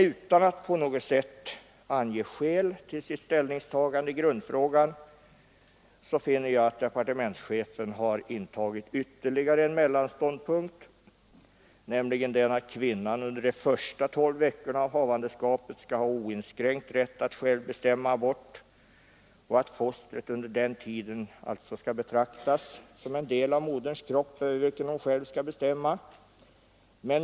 Utan att på något sätt ange skäl till sitt ställningstagande i grundfrågan har departementschefen intagit ytterligare en mellanståndpunkt, nämligen den att kvinnan under de första tolv veckorna av havandeskapet skall ha oinskränkt rätt att själv bestämma abort och att fostret under den tiden alltså skall betraktas som en del av moderns kropp, över vilken hon själv skall bestämma.